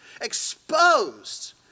exposed